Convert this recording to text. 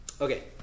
Okay